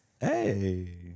Hey